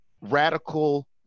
radical